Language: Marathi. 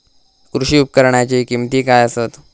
कृषी उपकरणाची किमती काय आसत?